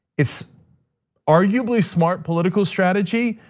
it's arguably smart political strategy,